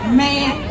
man